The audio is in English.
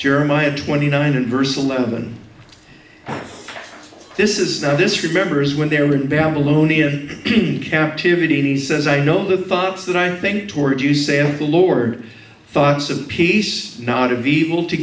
german had twenty nine and verse eleven this is now this remembers when they were in babylonian captivity and he says i know the thoughts that i think toward you say of the lord thoughts of peace not of evil to